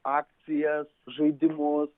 akcijas žaidimus